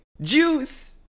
JUICE